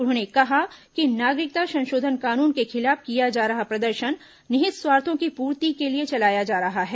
उन्होंने कहा कि नागरिकता संशोधन कानून के खिलाफ किया जा रहा प्रदर्शन निहित स्वार्थों की पूर्ति के लिए चलाया जा रहा है